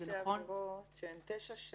יש עבירות שהן תשע שנים,